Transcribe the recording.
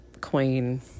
Queen